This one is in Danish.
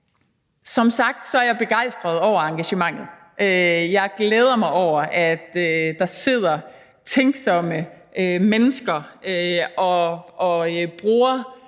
Som sagt er jeg begejstret over engagementet. Jeg glæder mig over, at der sidder tænksomme mennesker og bruger